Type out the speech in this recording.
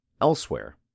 elsewhere